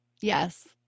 Yes